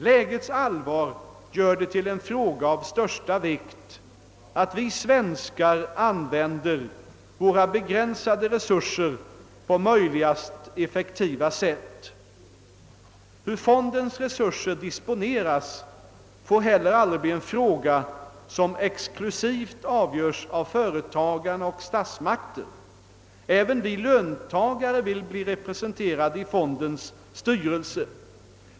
Lägets allvar gör det till en fråga av största vikt, att vi svenskar använder våra begränsade resurser på möjligast effektiva sätt. Hur fondens resurser disponeras får heller aldrig bli en fråga som exklusivt avgöres av företagare och statsmakter. Även vi löntagare vill bli representerade i fondens styrelse.